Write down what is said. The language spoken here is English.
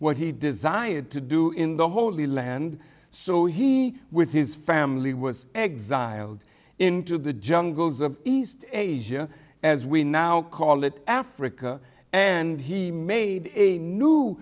what he desired to do in the holy land so he with his family was exiled into the jungles of east asia as we now call it africa and he made a new